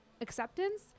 acceptance